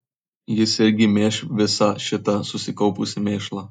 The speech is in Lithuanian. jis irgi mėš visą šitą susikaupusį mėšlą